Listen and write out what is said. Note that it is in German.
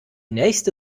nächste